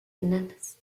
enanas